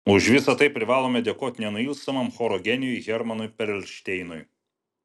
už visa tai privalome dėkoti nenuilstamam choro genijui hermanui perelšteinui